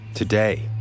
Today